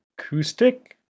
acoustic